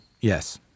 Yes